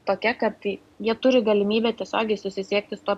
tokia kad jie turi galimybę tiesiogiai susisiekti su tuo